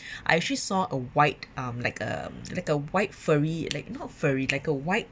I actually saw a white um like a like a white furry like not furry like a white